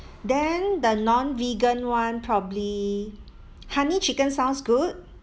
then the non-vegan one probably honey chicken sounds good